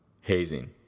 Hazing